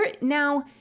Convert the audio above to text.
Now